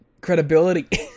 credibility